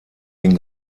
den